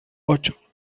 ocho